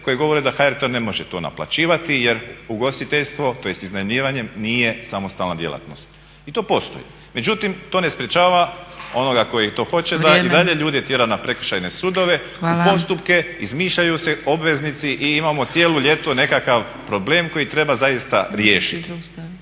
koje govore da HRT to ne može naplaćivati jer ugostiteljstvo, tj. iznajmljivanje nije samostalna djelatnost. I to postoji. Međutim, to ne sprječava onoga koji to hoće da i dalje ljude tjera na Prekršajne sudove, … …/Upadica Zgrebec: Vrijeme./… … u postupke, izmišljaju se obveznici i imamo cijelo ljeto nekakav problem koji treba zaista riješiti,